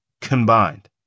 combined